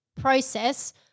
process